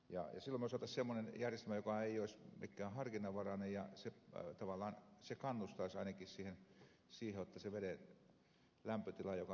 silloin me saisimme semmoinen järjestelmän joka ei olisi mikään harkinnanvarainen ja tavallaan se kannustaisi ainakin siihen jotta sen veden lämpötila joka lasketaan tuonne olisi mahdollisimman matala